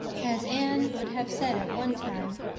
as anne would have said at one time,